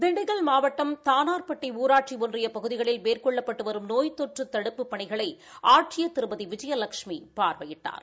திண்டுக்கல் மாவட்டம் தானார்பட்டி ஊராட்சி ஒன்றிய பகுதிகளில் மேற்கொள்ளப்பட்டு வரும் நோய்த்தொற்று தடுப்புப் பணிகளை ஆட்சியர் திருமதி விஜயலஷ்மி பார்வையிட்டார்